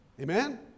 Amen